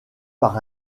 par